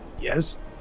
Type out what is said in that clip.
Yes